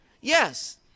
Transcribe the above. Yes